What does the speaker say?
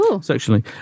sexually